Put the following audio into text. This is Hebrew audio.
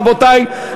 רבותי,